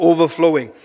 Overflowing